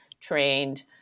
trained